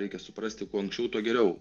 reikia suprasti kuo anksčiau tuo geriau